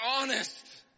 honest